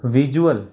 visual